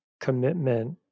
commitment